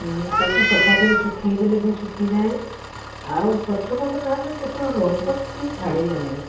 ତା'କୁ ସଫା କରି ଶୁଖେଇଦେଲେ ସେ ଶୁଖିଯାଏ ଆଉ ପ୍ରଥମ କଥା ହେଲା ସେଥିରୁ ରଙ୍ଗ ଟୋଟାଲି ଛାଡ଼ିଲାନି